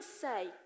say